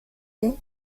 dich